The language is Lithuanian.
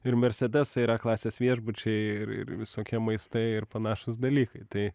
ir mersedesai ir a klasės viešbučiai ir ir visokie maistai ir panašūs dalykai tai